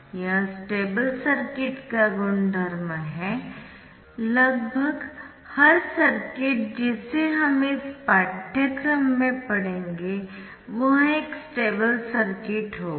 यह stable circuit का गुणधर्म है लगभग हर सर्किट जिसे हम इस पाठ्यक्रम में पढेंगे वह एक स्टेबल सर्किट होगा